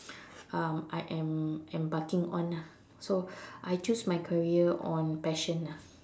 um I am embarking on ah so I choose my career on passion ah